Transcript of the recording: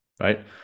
right